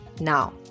Now